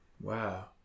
Wow